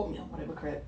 whatever crap